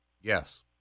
Yes